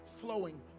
flowing